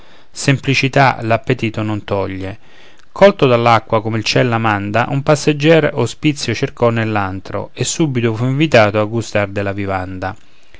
semplicità l'appetito non toglie colto dall'acqua come il ciel la manda un passegger ospizio cercò nell'antro e subito fu invitato a gustar della vivanda